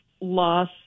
loss